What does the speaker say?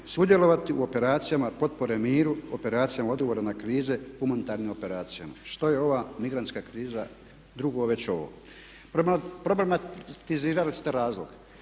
sudjelovati u operacijama potpore miru, operacijama odgovora na krize, humanitarnim operacijama." Što je ova migrantska kriza drugo već ovo? Problematizirali ste razlog.